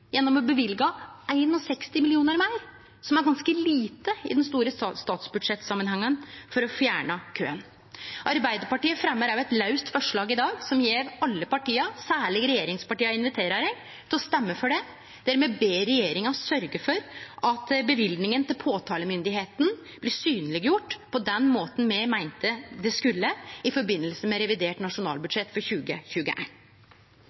gjennom å løyve 61 mill. kr meir for å fjerne køen, som er ganske lite i den store statsbudsjettsamanhengen. Arbeidarpartiet fremjar i dag òg eit laust forslag som eg inviterer alle partia, særleg regjeringspartia, til å stemme for, der me ber regjeringa sørgje for at løyvinga til påtalemakta blir synleggjort på den måten me meinte det skulle, i samband med revidert